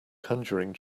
conjuring